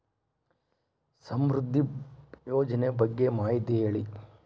ಸಮೃದ್ಧಿ ಯೋಜನೆ ಬಗ್ಗೆ ಮಾಹಿತಿ ಹೇಳಿ?